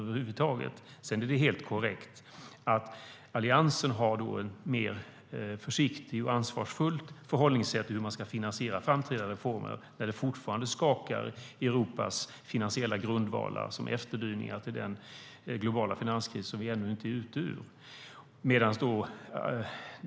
Sedan är det helt korrekt att Alliansen har ett mer försiktigt och ansvarsfullt förhållningssätt när det gäller hur man ska finansiera framtida reformer när det, som efterdyningar till den globala finanskris vi ännu inte är ute ur, fortfarande skakar i Europas finansiella grundvalar.